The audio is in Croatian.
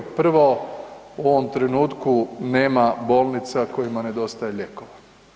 Prvo, u ovom trenutku nema bolnica kojima nedostaje lijekova.